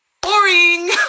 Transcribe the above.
boring